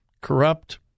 corrupt